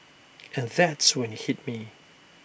and that's when IT hit me